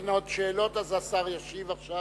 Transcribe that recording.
אם אין עוד שאלות השר ישיב עכשיו.